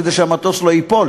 כדי שהמטוס לא ייפול.